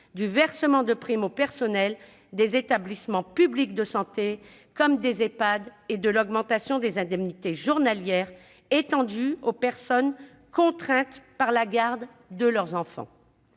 du versement de primes au personnel des établissements publics de santé comme des Ehpad et de l'augmentation des indemnités journalières, étendues aux personnes contraintes de garder leurs enfants.